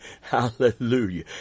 Hallelujah